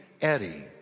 Eddie